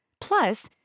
plus